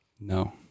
No